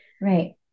right